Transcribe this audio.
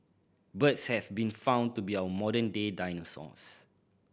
birds have been found to be our modern day dinosaurs